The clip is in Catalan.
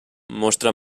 mostra